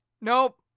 Nope